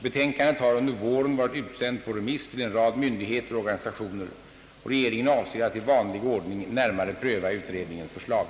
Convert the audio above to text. Betänkandet har under våren varit utsänt på remiss till en rad myndigheter och organisationer. Regeringen avser att i vanlig ordning närmare pröva utredningens förslag.